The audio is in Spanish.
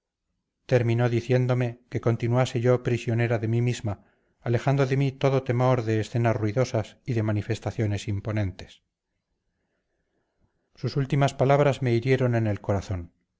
terminó diciéndome que continuase yo prisionera de mí misma alejando de mí todo temor de escenas ruidosas y de manifestaciones imponentes sus últimas palabras me hirieron en el corazón